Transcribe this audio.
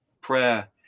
prayer